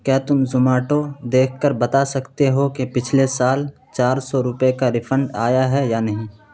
کیا تم زوماٹو دیکھ کر بتا سکتے ہو کہ پچھلے سال چار سو روپے کا ریفنڈ آیا ہے یا نہیں